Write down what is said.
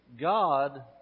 God